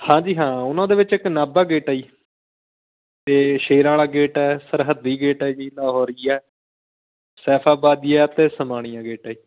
ਹਾਂਜੀ ਹਾਂ ਉਹਨਾਂ ਦੇ ਵਿੱਚ ਇੱਕ ਨਾਭਾ ਗੇਟ ਆ ਜੀ ਅਤੇ ਸ਼ੇਰਾਂ ਵਾਲਾ ਗੇਟ ਆ ਸਰਹੱਦੀ ਗੇਟ ਆ ਜੀ ਲਾਹੌਰੀ ਆ ਸੈਫਾਬਾਦੀਆ ਅਤੇ ਸਮਾਣੀਆਂ ਗੇਟ ਆ